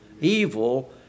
Evil